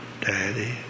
daddy